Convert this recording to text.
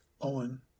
Owen